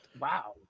Wow